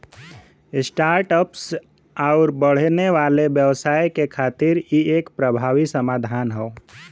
start ups आउर बढ़ने वाले व्यवसाय के खातिर इ एक प्रभावी समाधान हौ